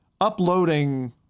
uploading